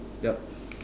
yup